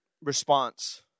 response